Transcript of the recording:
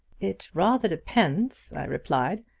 it rather depends, i replied,